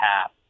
half